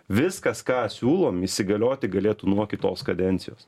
viskas ką siūlom įsigalioti galėtų nuo kitos kadencijos